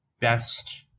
best